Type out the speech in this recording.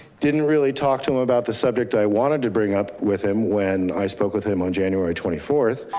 didn't really talk to him about the subject. i wanted to bring up with him when i spoke with him on january twenty fourth.